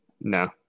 no